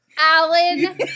Alan